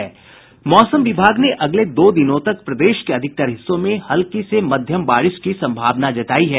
मौसम विभाग ने अगले दो दिनों तक प्रदेश के अधिकतर हिस्सों में हल्की से मध्यम बारिश की संभावना जतायी है